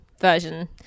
version